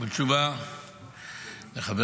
התשובה לחבר